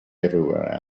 everywhere